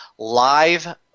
Live